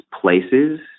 places